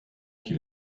qui